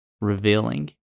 revealing